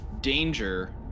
danger